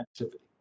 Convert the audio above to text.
activity